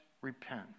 repent